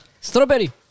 Strawberry